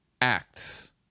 acts